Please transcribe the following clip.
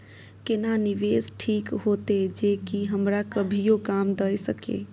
केना निवेश ठीक होते जे की हमरा कभियो काम दय सके?